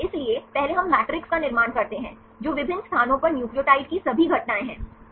इसलिए पहले हम मैट्रिक्स का निर्माण करते हैं जो विभिन्न स्थानों पर न्यूक्लियोटाइड के सभी घटनाएँ हैं